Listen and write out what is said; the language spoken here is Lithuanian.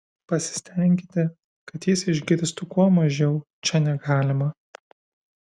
pasistenkite kad jis išgirstų kuo mažiau čia negalima